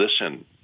listen